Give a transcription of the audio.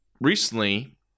recently